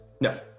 No